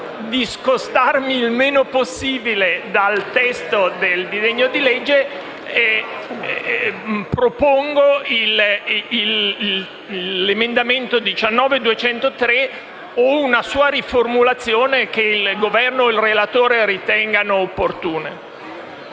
discostarmi il meno possibile dal testo del disegno di legge, propongo l'emendamento 19.203 o una sua riformulazione che il Governo o il relatore ritengano opportuna.